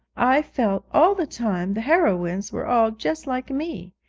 i felt all the time the heroines were all just like me.